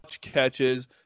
catches